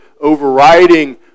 overriding